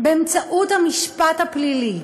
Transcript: באמצעות המשפט הפלילי,